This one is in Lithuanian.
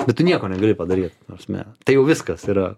bet tu nieko negali padaryt ta prasme tai jau viskas yra